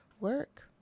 work